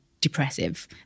depressive